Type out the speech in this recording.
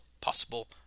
possible